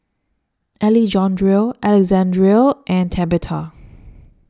Alejandro Alexandria and Tabetha